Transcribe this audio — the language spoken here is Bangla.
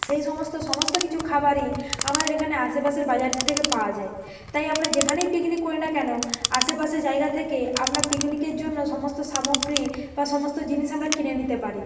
সেই সমস্ত সমস্ত কিছু খাবারই আমাদের এখানে আশেপাশের বাজার থেকে পাওয়া যায় তাই আমরা যেখানেই পিকনিক করি না কেন আশেপাশের জায়গা থেকে আমরা পিকনিকের জন্য সমস্ত সামগ্রী বা সমস্ত জিনিস আমরা কিনে নিতে পারি